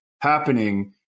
happening